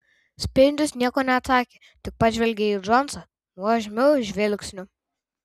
spindžius nieko neatsakė tik pažvelgė į džonsą nuožmiu žvilgsniu